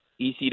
ECW